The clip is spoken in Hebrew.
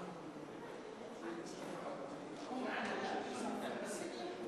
חברי הכנסת,